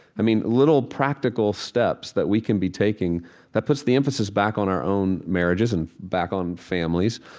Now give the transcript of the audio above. i mean, little practical steps that we can be taking that puts the emphasis back on our own marriages and back on families,